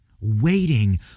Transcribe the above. Waiting